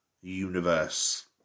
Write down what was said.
universe